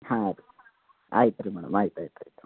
ಹಾಂ ಆಯ್ತು ಆಯ್ತು ರೀ ಮೇಡಮ್ ಆಯ್ತು ಆಯ್ತು ಆಯಿತು